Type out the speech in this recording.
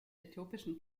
äthiopischen